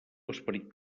esperit